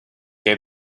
gave